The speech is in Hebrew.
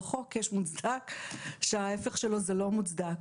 בחוק יש מוצדק שההפך שלו הוא לא מוצדק.